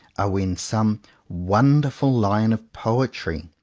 are when some wonderful line of poetry,